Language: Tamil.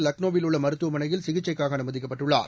லக்னோவில் உள்ள மருத்துவமனையில் சிகிச்சைக்காக அனுமதிக்கப்பட்டுள்ளார்